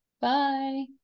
Bye